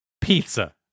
pizza